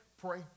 Pray